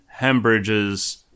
Hembridge's